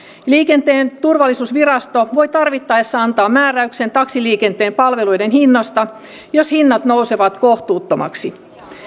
liikenteen turvallisuusvirasto voi tarvittaessa antaa määräyksen taksiliikenteen palveluiden hinnoista jos hinnat nousevat kohtuuttomiksi